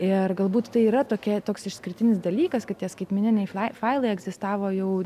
ir galbūt tai yra tokie toks išskirtinis dalykas kad tie skaitmeniniai fa failai egzistavo jau